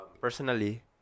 Personally